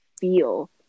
feel